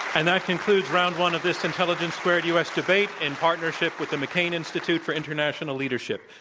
and that concludes round one of this intelligence squared u. s. debate, in partnership with the mccain institute for international leadership,